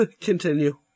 Continue